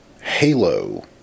halo